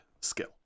skill